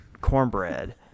cornbread